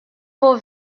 vos